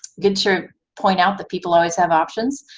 get your point out that people always have options.